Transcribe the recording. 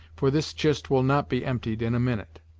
for this chist will not be emptied in a minute.